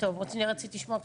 רצית לשמוע כבאות?